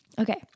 Okay